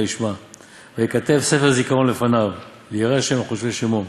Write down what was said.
וישמע ויכתב ספר זיכרון לפניו ליראי ה' ולחשבי שמו'.